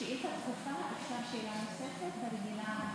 בשאילתה דחופה יש שאלה נוספת, ברגילה לא,